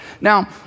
Now